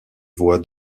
voix